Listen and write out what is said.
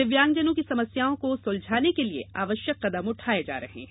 दिव्यांगजनों की समस्याओं को सुलझाने के लिए आवश्यक कदम उठाये जा रहे हैं